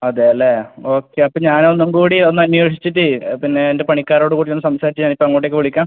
അതെ അല്ലേ ഓക്കെ അപ്പം ഞാൻ ഒന്നും കൂടി ഒന്ന് അന്വേഷിച്ചിട്ട് പിന്നെ എൻ്റെ പണിക്കാരോട് കൂടി ഒന്ന് സംസാരിച്ചിട്ട് ഞാൻ ഇപ്പോൾ അങ്ങോട്ടേക്ക് വിളിക്കാം